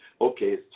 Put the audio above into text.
Okay